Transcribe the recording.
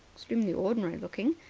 extremely ordinary-looking.